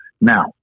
Now